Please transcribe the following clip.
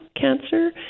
cancer